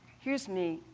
here's me.